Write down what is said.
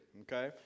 okay